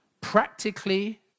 practically